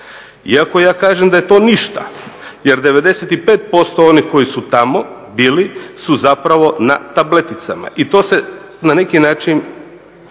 Iako ja kažem da je to ništa jer 95% onih koji su tamo bili su zapravo na tableticama i to se na neki način